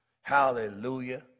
Hallelujah